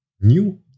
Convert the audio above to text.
new